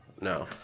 No